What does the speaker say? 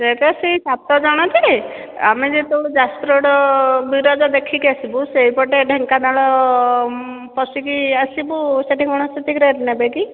ସେଟା ସେ ସାତ ଜଣ ଯେ ଆମେ ଯେତେବେଳେ ଯାଜପୁର ଆଡ଼ୁ ବିରଜା ଦେଖିକି ଆସିବୁ ସେଇପଟେ ଢେଙ୍କାନାଳ ପଶିକି ଆସିବୁ ସେଠି କ'ଣ ସେତିକି ରେଟ୍ ନେବେ କି